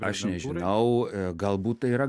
aš nežinau galbūt tai yra